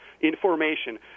information